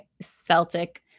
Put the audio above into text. Celtic